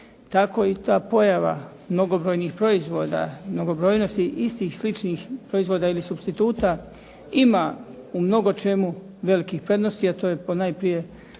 tako i ta pojava mnogobrojnih proizvoda, mnogobrojnosti istih, sličnih proizvoda ili supstituta ima u mnogo čemu velikih prednosti, a to je ponajprije